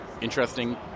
interesting